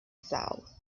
south